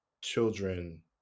children